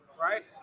Right